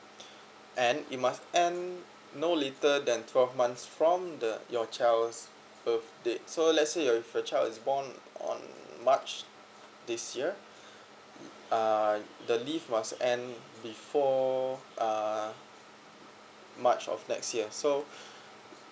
and it must end no later than twelve months from the your child's birthday so let's say your for child is born on march this year it uh the leave must end before uh march of next year so